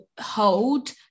hold